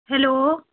hello